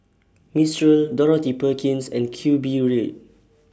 Mistral Dorothy Perkins and Q Bread